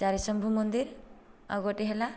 ଚାରିଶମ୍ଭୂ ମନ୍ଦିର ଆଉ ଗୋଟିଏ ହେଲା